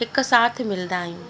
हिकु साथ मिलंदा आहियूं